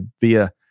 via